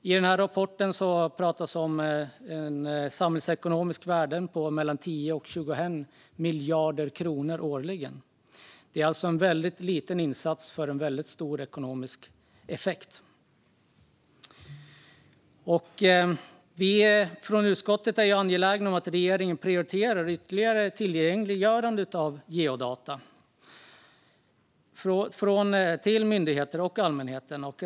I rapporten pratas om samhällsekonomiska värden på mellan 10 och 21 miljarder kronor årligen. Det handlar alltså om en väldigt liten insats som ger en väldigt stor ekonomisk effekt. Vi är från utskottets sida angelägna om att regeringen prioriterar ytterligare tillgängliggörande av geodata för myndigheter och för allmänheten.